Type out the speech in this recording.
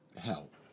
help